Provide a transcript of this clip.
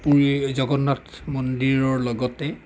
পুৰীৰ জগন্নাথ মন্দিৰৰ লগতে